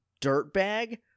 dirtbag